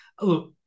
look